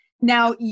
Now